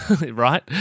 right